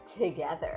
together